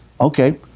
okay